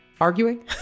arguing